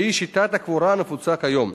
שהיא שיטת הקבורה הנפוצה כיום.